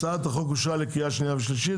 הצעת החוק אושרה לקריאה שנייה ושלישית,